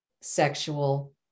sexual